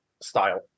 style